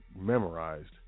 memorized